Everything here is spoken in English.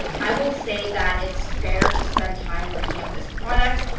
i will say that it's fair to spend time looking up this product.